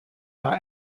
are